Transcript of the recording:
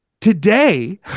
today